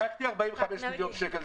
לקחתי 45 מיליון שקל.